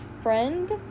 friend